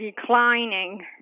declining